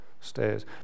stairs